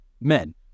men